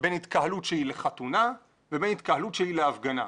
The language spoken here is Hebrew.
בין התקהלות שהיא לחתונה ובין התקהלות שהיא להפגנה.